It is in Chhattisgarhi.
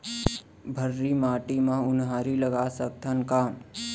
भर्री माटी म उनहारी लगा सकथन का?